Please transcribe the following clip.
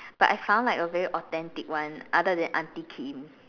but I found like a very authentic one other than auntie Kim